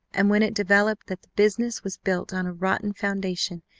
and when it developed that the business was built on a rotten foundation,